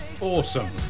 Awesome